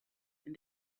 and